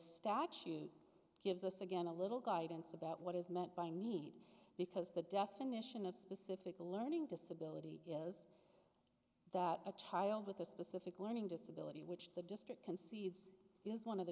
statute gives us again a little guidance about what is meant by need because the definition of specific learning disability is that a child with a specific learning disability which the district concedes is one of the